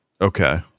Okay